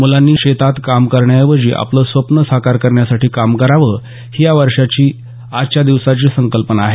मुलांनी शेतात काम करण्याऐवजी आपलं स्वप्न साकार करण्यासाठी काम करावं ही या वर्षाची आजच्या दिवसाची संकल्पना आहे